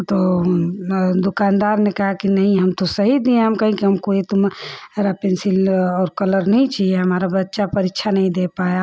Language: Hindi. तो दुकानदार ने कहा कि नहीं हम तो सही दिए हैं हम कहे कि हमको तुम्हारा पेंसिल और कलर नहीं चाहिए हमारा बच्चा परीक्षा नहीं दे पाया